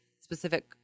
specific